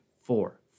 four